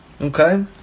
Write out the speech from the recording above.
okay